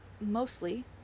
mostly